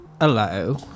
Hello